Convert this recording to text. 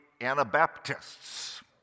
Anabaptists